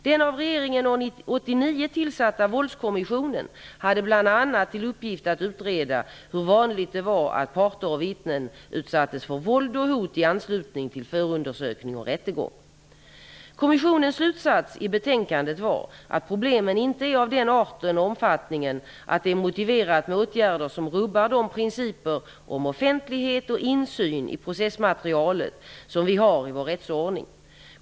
Den av regeringen år 1989 tillsatta våldskommissionen hade bl.a. till uppgift att utreda hur vanligt det var att parter och vittnen utsattes för våld och hot i anslutning till förundersökning och rättegång. 1990:92) var att problemen inte är av den arten och omfattningen att det är motiverat med åtgärder som rubbar de principer om offentlighet och insyn i processmaterialet som vi har i vår rättsordning.